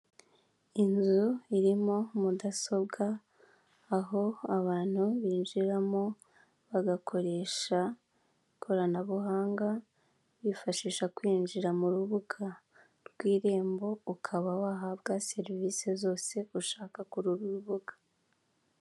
Inzu irimo mudasobwa, aho abantu binjiramo bagakoresha ikoranabuhanga, bifashisha kwinjira mu rubuga rw'irembo, ukaba wahabwa serivisi zose ushaka kuri uru rubuga.